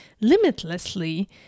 limitlessly